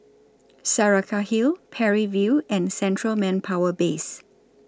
Saraca Hill Parry View and Central Manpower Base